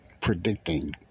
predicting